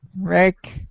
Rick